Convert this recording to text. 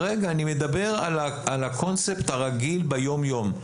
אני מדבר על הקונספט הרגיל ביום-יום.